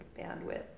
bandwidth